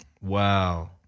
Wow